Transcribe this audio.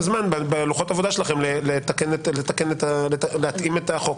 זמן בלוחות העבודה שלכם להתאים את החוק.